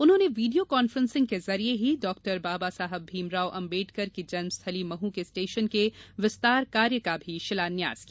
उन्होंने video conferencing के जरिए डॉक्टर बाबा साहब भीमराव अंबेडकर की जन्म स्थली महू के स्टेशन के विस्तार कार्य का भी शिलान्यास किया